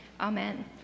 Amen